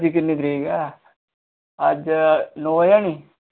अज्ज किन्नी तरीक ऐ अज्ज नौ ऐ नी